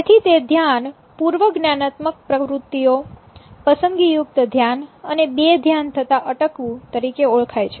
તેથી તે ધ્યાન પૂર્વ જ્ઞાનાત્મક પ્રવૃતિઓ પસંદગીયુક્ત ધ્યાન અને બેધ્યાન થતા અટકવું તરીકે ઓળખાય છે